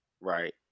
Right